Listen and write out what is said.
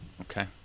Okay